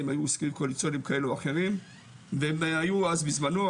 היו הסכמים קואליציוניים כאלו או אחרים והם היו אז בזמנו,